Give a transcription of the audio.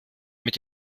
mit